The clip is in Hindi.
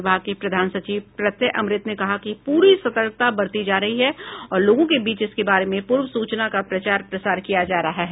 विभाग के प्रधान सचिव प्रत्यय अमृत ने कहा कि पूरी सतर्कता बरती जा रही है और लोगों के बीच इसके बारे में पूर्व सूचना का प्रचार प्रसार किया जा रहा है